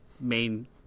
main